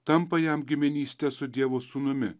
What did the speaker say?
tampa jam giminyste su dievo sūnumi